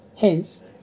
hence